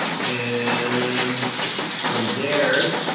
and from there,